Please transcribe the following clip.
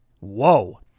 Whoa